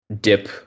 dip